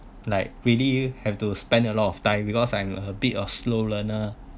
like really have to spend a lot of time because I'm a bit of slow learner